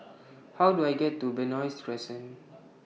How Do I get to Benoi Crescent